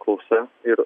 klausa ir